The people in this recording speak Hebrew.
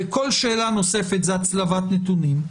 וכל שאלה נוספת זאת הצלבת נתונים,